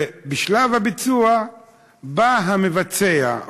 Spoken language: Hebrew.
ובשלב הביצוע בא המבצע,